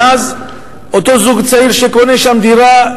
ואז אותו זוג צעיר שקונה שם דירה,